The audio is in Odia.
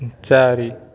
ଚାରି